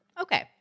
Okay